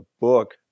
book